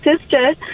sister